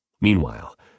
Meanwhile